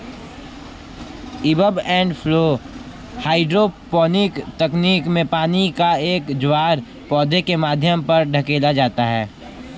ebb and flow hydroponic तकनीक में पानी का एक ज्वार पौधे के माध्यम पर धकेला जाता है